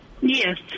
Yes